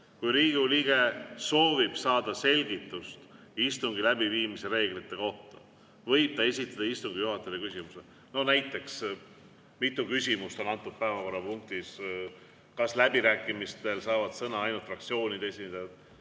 "Kui Riigikogu liige soovib saada selgitust istungi läbiviimise reeglite kohta, võib ta esitada istungi juhatajale küsimuse." No näiteks, mitu küsimust on antud päevakorrapunktis ja kas läbirääkimistel saavad sõna ainult fraktsioonide esindajad.